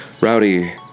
Rowdy